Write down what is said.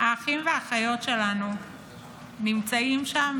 האחים והאחיות שלנו נמצאים שם,